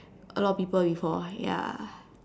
a lot of people before ya